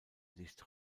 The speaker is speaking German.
licht